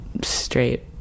straight